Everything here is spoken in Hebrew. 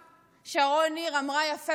שרון ניר אמרה יפה,